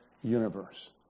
universe